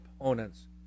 opponents